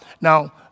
now